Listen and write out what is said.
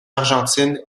argentine